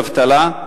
אבטלה,